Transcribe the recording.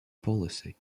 policy